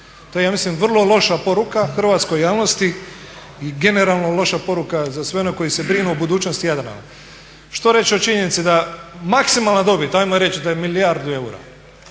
To je ja mislim vrlo loša poruka hrvatskoj javnosti i generalno loša poruka za sve one koji se brinu o budućnosti Jadrana. Što reći o činjenici da maksimalna dobit, hajmo reći da je milijardu eura